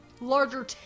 larger